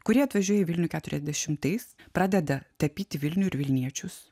kurie atvažiuoja į vilnių keturiasdešimtais pradeda tapyti vilnių ir vilniečius